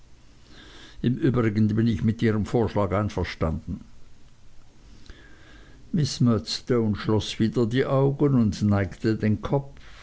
im übrigen bin ich mit ihrem vorschlag einverstanden miß murdstone schloß wieder die augen und neigte den kopf